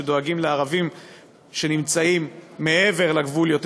שדואגים לערבים שנמצאים מעבר לגבול יותר